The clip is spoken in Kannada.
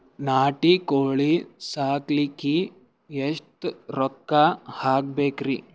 ನಾಟಿ ಕೋಳೀ ಸಾಕಲಿಕ್ಕಿ ಎಷ್ಟ ರೊಕ್ಕ ಹಾಕಬೇಕ್ರಿ?